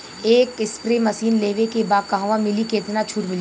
एक spray machine लेवे के बा कहवा मिली केतना छूट मिली?